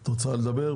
את רוצה לדבר?